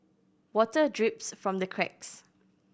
water drips from the cracks